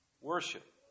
Worship